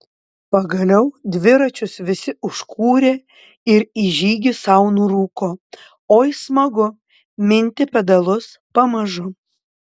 pagaliau dviračius visi užkūrė ir į žygį sau nurūko oi smagu minti pedalus pamažu